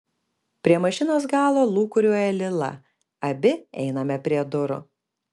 prie mašinos galo lūkuriuoja lila abi einame prie durų